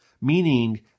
meaning